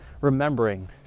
remembering